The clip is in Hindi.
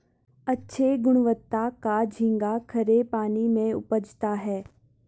अच्छे गुणवत्ता का झींगा खरे पानी में उपजता है